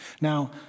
Now